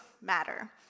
matter